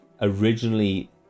originally